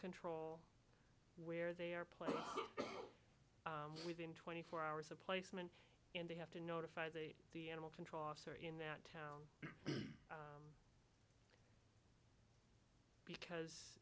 control where they are placed within twenty four hours of placement and they have to notify the animal control officer in that town because